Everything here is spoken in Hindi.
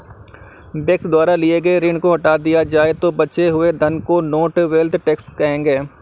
व्यक्ति द्वारा लिए गए ऋण को हटा दिया जाए तो बचे हुए धन को नेट वेल्थ टैक्स कहेंगे